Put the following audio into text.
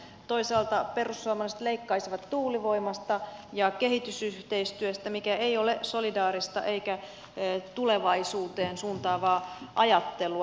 toisaalta perussuomalaiset leikkaisivat tuulivoimasta ja kehitysyhteistyöstä mikä ei ole solidaarista eikä tulevaisuuteen suuntaavaa ajattelua